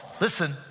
listen